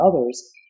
others